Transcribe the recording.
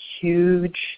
huge